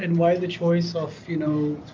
and why the choice of, you know,